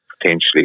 potentially